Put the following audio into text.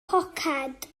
poced